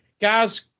guys